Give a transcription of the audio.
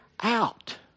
out